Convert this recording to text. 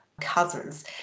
cousins